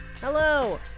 Hello